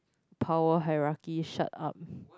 power hierarchy shut up